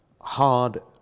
hard